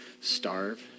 Starve